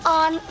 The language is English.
on